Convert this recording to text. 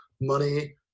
money